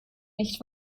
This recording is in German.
nicht